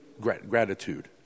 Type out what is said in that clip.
gratitude